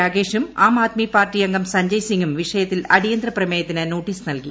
രാഗേഷും ആം ആദ്മിപ്പാർട്ടി അംഗം സഞ്ജയ് സിംഗും വിഷയത്തിൽ അടിയന്തരപ്രമ്യത്തിന് നോട്ടീസ് നൽകി